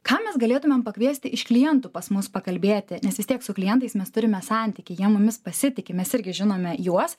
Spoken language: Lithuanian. ką mes galėtumėm pakviesti iš klientų pas mus pakalbėti nes vis tiek su klientais mes turime santykį jie mumis pasitiki mes irgi žinome juos